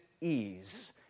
ease